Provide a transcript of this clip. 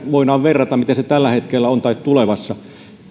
voidaan verrata miten ne toteutetaan tällä hetkellä ja miten tulevassa